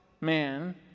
man